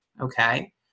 okay